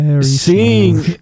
Seeing